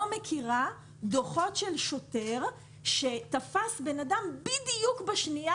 לא מכירה דוחות של שוטר שתפס בן אדם בדיוק בשנייה